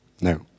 No